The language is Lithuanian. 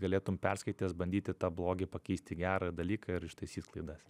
galėtum perskaitęs bandyti tą blogį pakeist į gerą dalyką ir ištaisyt klaidas